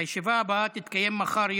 הישיבה הבאה תתקיים מחר,